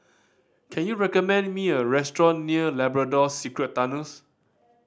can you recommend me a restaurant near Labrador Secret Tunnels